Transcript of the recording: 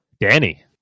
Danny